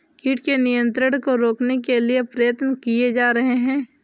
कीटों के नियंत्रण को रोकने के लिए प्रयत्न किये जा रहे हैं